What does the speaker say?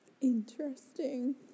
Interesting